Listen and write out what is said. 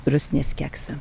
rusnės keksą